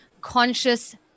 conscious